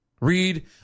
Read